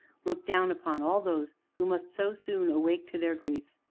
look down upon all those who must so soon awake to their griefs,